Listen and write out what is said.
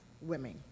women